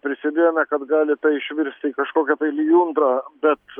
prisibijome kad gali tai išvirsti į kažkokią tai lijundrą bet